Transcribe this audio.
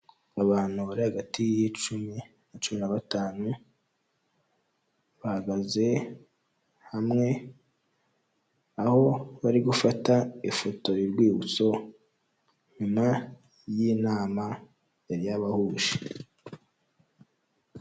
Abantu bari hagati y'icumi na cumi na batanu bahagaze hamwe, aho bari gufata ifoto y'urwibutso nyuma y'inama yari yabahuje.